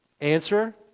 Answer